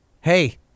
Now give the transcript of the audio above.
hey